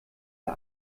der